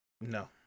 No